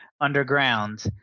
underground